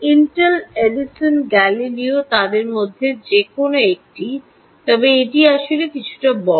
Intel Edison Galileo তাদের মধ্যে যে কোনও একটি তবে এটি আসলে কিছুটা বড়